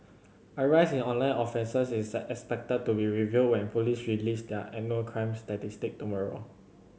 a rise in online offences is expected to be revealed when police release their annual crime statistic tomorrow